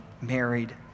married